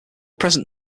present